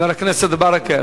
חבר הכנסת ברכה,